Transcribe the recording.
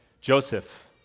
Joseph